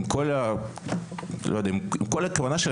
והכוונה,